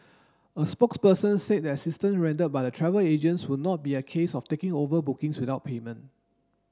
a spokesperson said the assistance rendered by the travel agents will not be a case of taking over bookings without payment